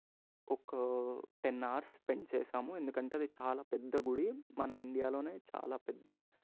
ఒక ten hours spend చేసాము ఎందుకంటే అది చాలా పెద్ద గుడి మన ఇండియాలో చాలా పెద్ద